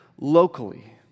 Locally